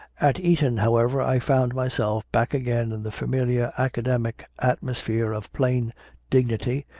at eton, however, i found myself back again in the familiar academic atmosphere of plain dignity,